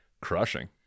crushing